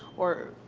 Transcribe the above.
or